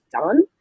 done